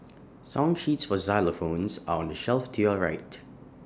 song sheets for xylophones are on the shelf to your right